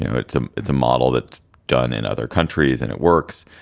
you know it's um it's a model that done in other countries and it works.